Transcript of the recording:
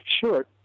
Sure